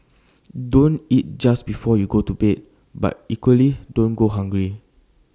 don't eat just before you go to bed but equally don't go hungry